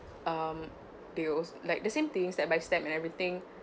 um they al~ like the same things step by step and everything